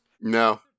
No